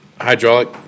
hydraulic